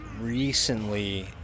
recently